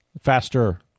Faster